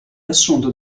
assunto